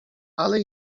ale